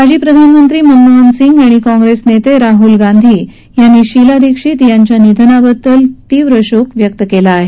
माजी प्रधानमंत्री मनमोहन सिंग आणि काँप्रेस नेते राहूल गांधी यांनीही शीला दीक्षित यांच्या निधनाबद्दल शोक व्यक्त केला आहे